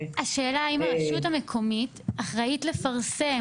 השאלה אם הרשות המקומית אחראית לפרסם